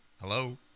hello